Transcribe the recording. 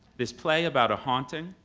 this play about a haunting,